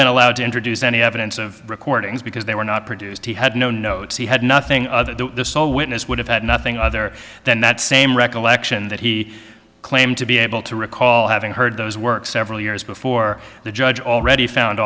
been allowed to introduce any evidence of recordings because they were not produced he had no notes he had nothing other than the sole witness would have had nothing other than that same recollection that he claimed to be able to recall having heard those work several years before the judge already found